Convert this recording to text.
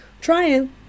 trying